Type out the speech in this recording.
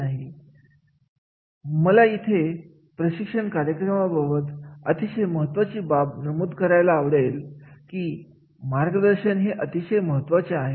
ही मला इथे प्रशिक्षण कार्यक्रमाबाबत अतिशय महत्वाची बाब नमूद करायला आवडेल की मार्गदर्शन हे अतिशय महत्त्वाचे आहे